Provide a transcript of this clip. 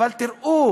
אבל תראו